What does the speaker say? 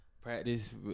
Practice